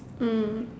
mm